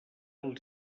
les